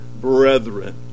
brethren